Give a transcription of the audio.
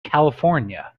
california